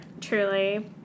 Truly